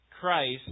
Christ